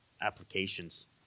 applications